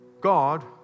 God